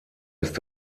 ist